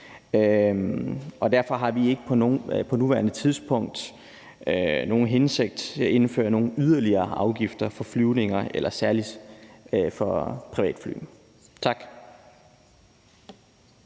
derfor har vi ikke på nuværende tidspunkt nogen hensigt om at indføre nogen yderligere afgifter for flyvninger eller særligt for privatfly. Tak.